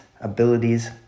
abilities